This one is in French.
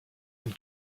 une